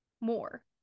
more